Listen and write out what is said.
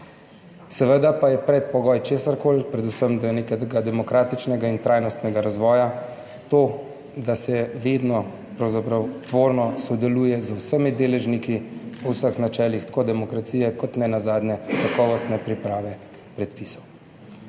Seveda pa je predpogoj česarkoli predvsem do nekega demokratičnega in trajnostnega razvoja to, da se vedno pravzaprav tvorno sodeluje z vsemi deležniki po vseh načelih, tako demokracije kot ne nazadnje kakovostne priprave predpisov.